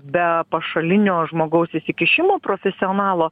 be pašalinio žmogaus įsikišimo profesionalo